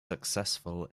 successful